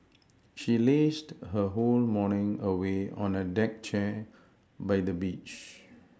she lazed her whole morning away on a deck chair by the beach